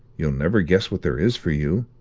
you'll never guess what there is for you.